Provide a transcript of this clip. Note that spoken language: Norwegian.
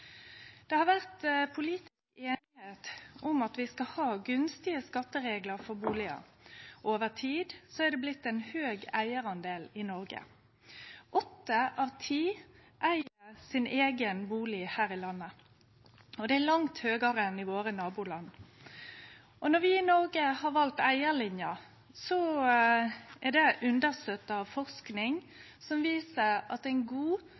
Det har vore politisk einigheit om at vi skal ha gunstige skattereglar for bustader, og over tid har det vorte mange eigarar i Noreg. Åtte av ti eig sin eigen bustad her i landet, og det talet er langt høgare enn i nabolanda våre. Når vi i Noreg har valt eigarlinja, er det understøtta av forsking som viser at ein god, stabil bustadsituasjon er